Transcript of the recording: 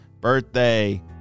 birthday